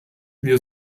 wir